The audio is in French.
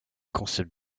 concepts